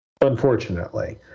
Unfortunately